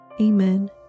Amen